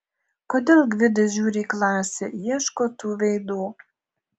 kodėl gvidas žiūri į klasę ieško tų veidų